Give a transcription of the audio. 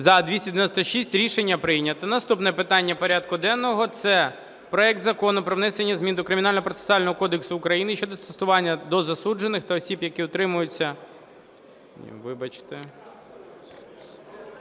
За-296 Рішення прийнято. Наступне питання порядку денного – це проект Закону про внесення змін до Кримінального процесуального кодексу України щодо застосування до засуджених та осіб, які тримаються…